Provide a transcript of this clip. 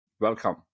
welcome